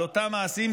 על אותם מעשים,